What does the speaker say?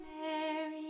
Mary